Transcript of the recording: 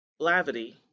Blavity